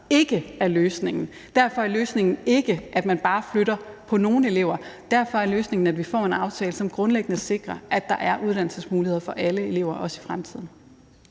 ikke er løsningen. Løsningen er ikke, at man bare flytter på nogle elever; løsningen er, at vi får en aftale, som grundlæggende sikrer, at der er uddannelsesmuligheder for alle elever, også i fremtiden.